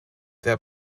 there